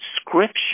scripture